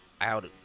out